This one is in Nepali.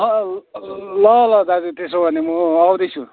अँ ल ल दाजु त्यसो हो भने म आउँदैछु